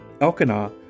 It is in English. Elkanah